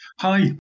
Hi